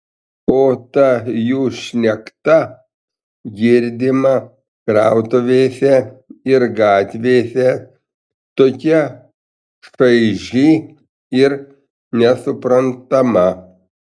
o ta jų šnekta girdima krautuvėse ir gatvėse tokia šaiži ir nesuprantama